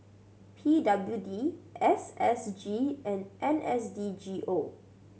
P W D S S G and N S D G O